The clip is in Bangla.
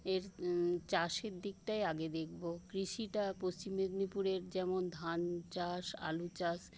এর চাষের দিকটাই আগে দেখবো কৃষিটা পশ্চিম মেদিনীপুরের যেমন ধান চাষ আলু চাষ